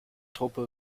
truppe